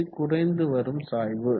இது குறைந்து வரும் சாய்வு